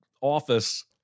office